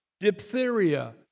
diphtheria